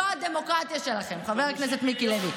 זו הדמוקרטיה שלכם, חבר הכנסת מיקי לוי.